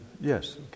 Yes